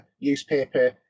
newspaper